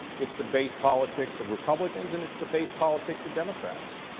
it's the base politics of republicans and it's the base politics of democrats.